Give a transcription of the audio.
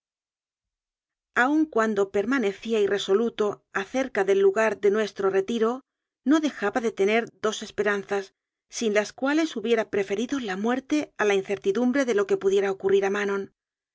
aun cuando permanecía irresoluto acerca del lugar de nuestro retiro no dejaba de tener dos esperanzas sin las cuales hubiera preferido la muerte a la incertidumbre de lo que pudiera ocu rrir a manon